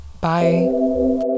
Bye